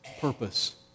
purpose